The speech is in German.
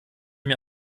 mir